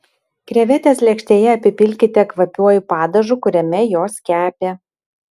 krevetes lėkštėje apipilkite kvapniuoju padažu kuriame jos kepė